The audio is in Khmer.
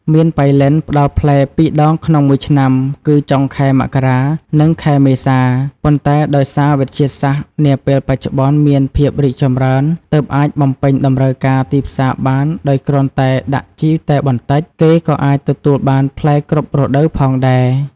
មៀនប៉ៃលិនផ្ដល់ផ្លែ ២ដងក្នុងមួយឆ្នាំ គឺចុងខែមករា និង ខែមេសា ប៉ុន្ដែដោយសារវិទ្យាសាស្ដ្រនាពេលបច្ចុប្បន្នមានភាពរីកចម្រើនទើបអាចបំពេញតម្រូវការទីផ្សារបានដោយគ្រាន់តែដាក់ជីតែបន្តិច គេក៏អាចទទួលបានផ្លែគ្រប់រដូវផងដែរ។